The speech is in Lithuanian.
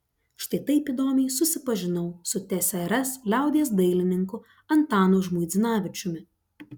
štai taip įdomiai susipažinau su tsrs liaudies dailininku antanu žmuidzinavičiumi